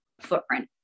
footprint